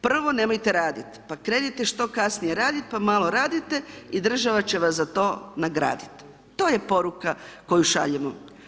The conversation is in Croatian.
Prvo nemojte raditi, pa krenite što kasnije raditi pa malo radite i država će vas za to nagraditi, to je poruka koju šaljemo.